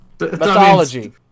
Mythology